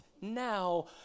now